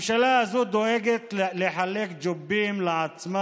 הממשלה הזאת דואגת לחלק ג'ובים לעצמה